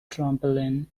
trampoline